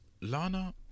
Lana